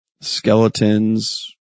skeletons